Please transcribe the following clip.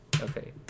Okay